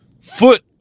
foot